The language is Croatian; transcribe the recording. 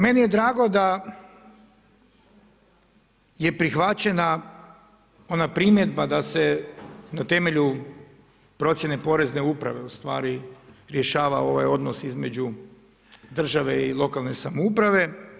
Meni je drago da je prihvaćena ona primjedba da se na temelju procjene Porezne uprave u stvari rješava ovaj odnos između države i lokalne samouprave.